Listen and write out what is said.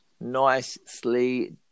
Nicely